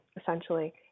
essentially